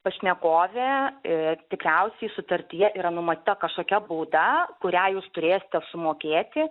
pašnekovė ir tikriausiai sutartyje yra numatyta kažkokia bauda kurią jūs turėsite sumokėti